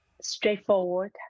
straightforward